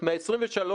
זה אומר שיותר